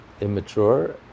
immature